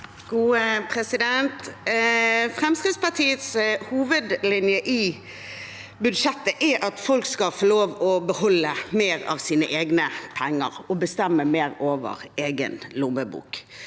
Fremskrittspartiets hovedlinje i budsjettet er at folk skal få lov til å beholde mer av sine egne penger og bestemme mer over egen lommebok.